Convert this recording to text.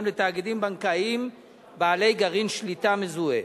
לתאגידים בנקאיים בעלי גרעין שליטה מזוהה.